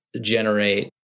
generate